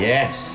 Yes